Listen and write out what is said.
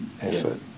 effort